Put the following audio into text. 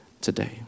today